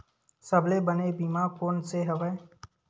सबले बने बीमा कोन से हवय?